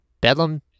Bedlam